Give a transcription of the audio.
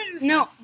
No